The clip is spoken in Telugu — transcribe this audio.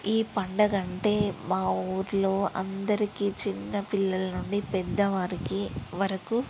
ఈ పండగంటే మా ఊర్లో అందరికీ చిన్న పిల్లల నుండి పెద్ద వారికి వరకూ